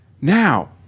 Now